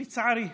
לצערי,